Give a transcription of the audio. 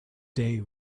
day